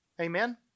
Amen